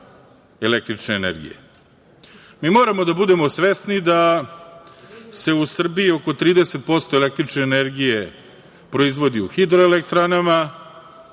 električne energije. Moramo da budemo svesni da se u Srbiji oko 30% električne energije proizvodi u hidroelektranama,